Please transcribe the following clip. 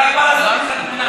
אני רק בא לעשות אתך תמונה.